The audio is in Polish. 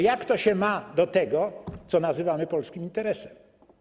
Jak to się ma do tego, co nazywamy polskim interesem?